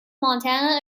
montana